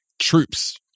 troops